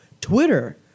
Twitter